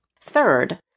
Third